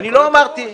לא אמרתי.